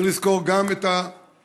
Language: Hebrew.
צריך לזכור גם את הפרופורציות